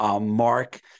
Mark